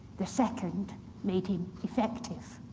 the second made him effective.